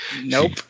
Nope